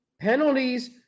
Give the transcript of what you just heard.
Penalties